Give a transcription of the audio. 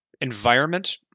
environment